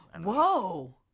whoa